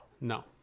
No